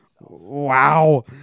Wow